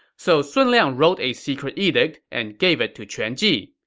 so sun liang wrote a secret edict and gave it to quan ji.